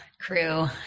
crew